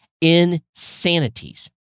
Insanities